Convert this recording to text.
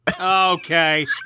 Okay